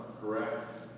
Correct